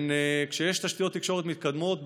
כשיש תשתיות תקשורת מתקדמות,